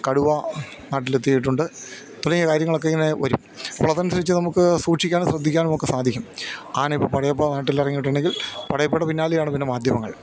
കടുവ നാട്ടിലെത്തിയിട്ടുണ്ട് തുടങ്ങിയ കാര്യങ്ങളൊക്കെ ഇങ്ങനെ വരും അപ്പോൾ അതനുസരിച്ച് നമുക്ക് സൂക്ഷിക്കാനും ശ്രദ്ധിക്കാനുമൊക്കെ സാധിക്കും ആന ഇപ്പോള് പടയപ്പ നാട്ടിലിറങ്ങിയിട്ടുണ്ടെങ്കിൽ പടയപ്പയുടെ പിന്നാലെയാണ് പിന്നെ മാധ്യമങ്ങൾ